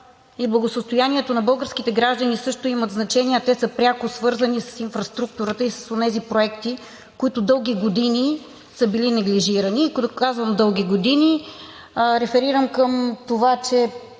и благосъстоянието на българските граждани също имат значение, а те са пряко свързани с инфраструктурата и с онези проекти, които дълги години са били неглижирани. Като казвам: дълги години, реферирам към това, че